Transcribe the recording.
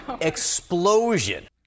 explosion